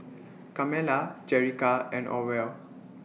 Carmella Jerrica and Orvel